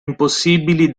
impossibili